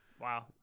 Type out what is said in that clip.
Wow